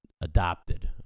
adopted